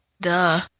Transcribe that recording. Duh